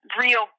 real